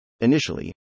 Initially